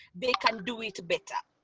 they can do it better.